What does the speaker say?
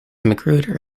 magruder